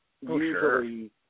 usually